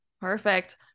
Perfect